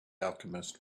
alchemist